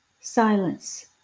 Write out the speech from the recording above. silence